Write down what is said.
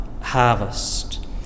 harvest